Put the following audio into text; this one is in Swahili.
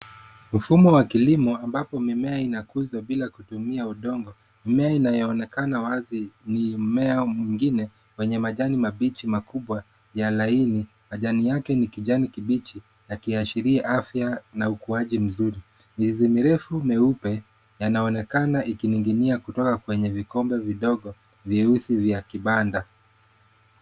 Mfumo wa kilimo ambapo mimea inakuzwa bila kutumia udongo. Mimea inayo onekana wazi ni mmea mwingine mwenye majani mabichi makubwa ya laini. Majani yake ni kijani kibichi yakiashiria afya na ukwaji mzuri. Mizizi mirefu meupe yanaonekana iki ninginia kutoka kwenye vikombe vidogo vyeusi vya kibanda.